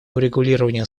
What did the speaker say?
урегулирование